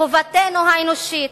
חובתנו האנושית,